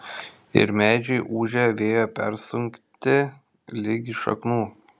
ir medžiai ūžią vėjo persunkti ligi šaknų